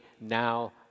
now